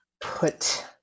put